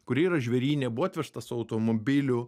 kurie yra žvėryne buvo atvežtas su automobiliu